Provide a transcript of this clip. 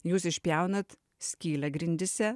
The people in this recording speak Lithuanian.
jūs išpjaunat skylę grindyse